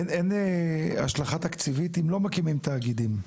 אין השלכה תקציבית אם לא מקימים תאגידים?